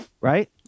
Right